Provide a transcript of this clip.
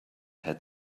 had